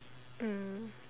mm